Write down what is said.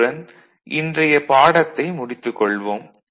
இத்துடன் இன்றையப் பாடத்தை முடித்துக் கொள்வோம்